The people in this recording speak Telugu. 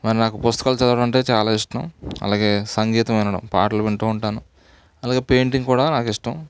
మరి నాకు పుస్తకాలు చదవడమంటే చాలా ఇష్టం అలాగే సంగీతం వినడం పాటలు వింటూ ఉంటాను అలాగే పెయింటింగ్ కూడా నాకు ఇష్టం